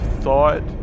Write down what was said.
thought